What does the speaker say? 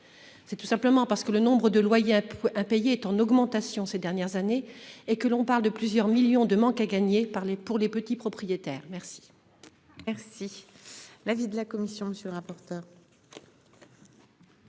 c'est tout simplement parce que le nombre de loyer impayé est en augmentation, ces dernières années et que l'on parle de plusieurs millions de manque à gagner par les pour les petits propriétaires. Merci. Merci. L'avis de la commission sur un portable.